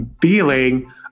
feeling